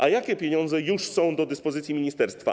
A jakie pieniądze już są do dyspozycji ministerstwa?